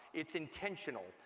it's intentional.